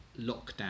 lockdown